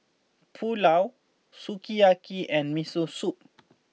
Pulao Sukiyaki and Miso Soup